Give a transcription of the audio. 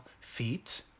feet